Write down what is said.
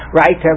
right